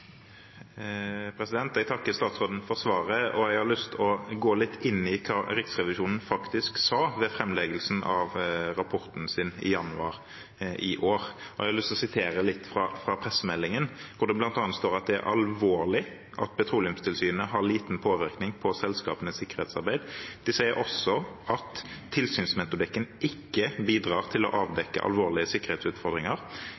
Jeg takker statsråden for svaret. Jeg har lyst til å gå litt inn i hva Riksrevisjonen faktisk sa ved framleggelsen av rapporten sin i januar i år. I pressemeldingen står det bl.a. at det er alvorlig at Petroleumstilsynet har liten påvirkning på selskapenes sikkerhetsarbeid. De sier også at tilsynsmetodikken ikke bidrar til å